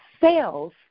sales